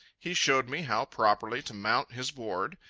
he showed me how properly to mount his board.